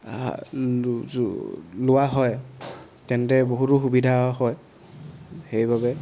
লোৱা হয় তেন্তে বহুতো সুবিধা হয় সেইবাবে